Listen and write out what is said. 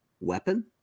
weapon